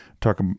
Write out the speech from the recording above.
Talk